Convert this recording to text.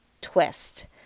twist